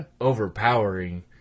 overpowering